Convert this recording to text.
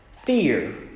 Fear